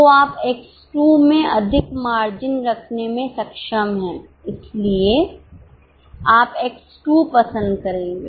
तो आप X 2 में अधिक मार्जिन रखने में सक्षम हैं इसलिए आप X 2 पसंद करेंगे